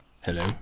Hello